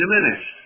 diminished